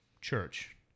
church